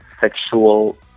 sexual